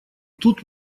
тут